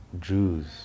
Jews